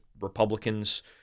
Republicans